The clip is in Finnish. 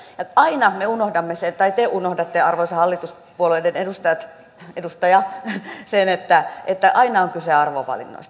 ja aina te unohdatte arvoisa hallituspuolueiden edustaja sen että aina on kyse arvovalinnoista